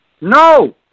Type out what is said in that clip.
No